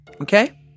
Okay